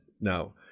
now